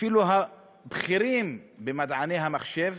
אפילו הבכירים שבמדעני המחשב